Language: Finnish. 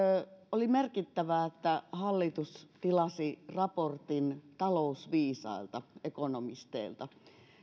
oli merkittävää että hallitus tilasi raportin talousviisailta ekonomisteilta